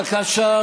בבקשה.